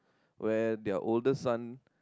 where their older son